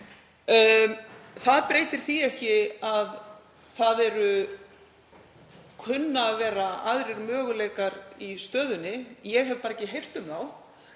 Það breytir því ekki að það kunna að vera aðrir möguleikar í stöðunni. Ég hef bara ekki heyrt um þá